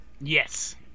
Yes